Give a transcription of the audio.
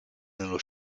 nello